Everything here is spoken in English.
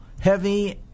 heavy